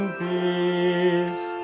peace